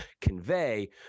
convey